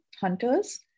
hunters